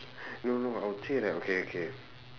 no no I would say that okay okay